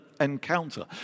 encounter